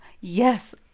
yes